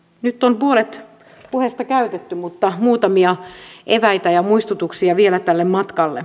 nyt on puolet puheesta käytetty mutta muutamia eväitä ja muistutuksia vielä tälle matkalle